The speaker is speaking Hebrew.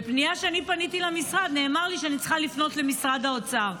בפנייה שאני פניתי למשרד נאמר לי שאני צריכה לפנות למשרד האוצר,